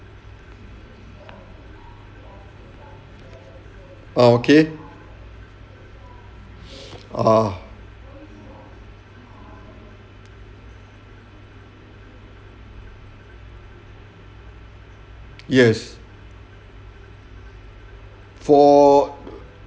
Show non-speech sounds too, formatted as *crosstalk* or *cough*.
ah okay *breath* ah yes for